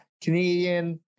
Canadian